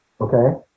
okay